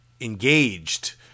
engaged